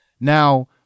Now